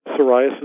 psoriasis